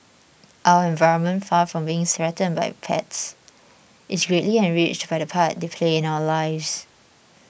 our environment far from being threatened by pets is greatly enriched by the part they play in our lives